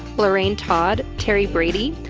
lorraine todd, terry brady,